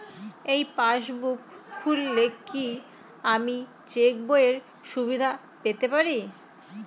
এই পাসবুক খুললে কি আমি চেকবইয়ের সুবিধা পেতে পারি?